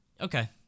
Okay